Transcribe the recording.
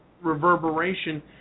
reverberation